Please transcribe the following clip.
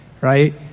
right